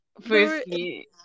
firstly